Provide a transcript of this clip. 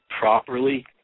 properly